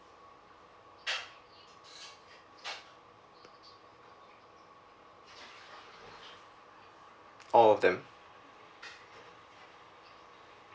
all of them